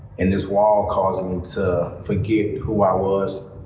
and this wall caused me to forget who i was,